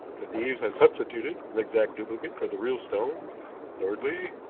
the thieves substituted an exact duplicate for the real stone thirdly,